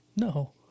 No